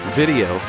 video